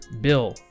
Bill